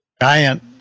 giant